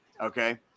Okay